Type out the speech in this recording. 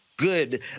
Good